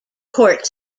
court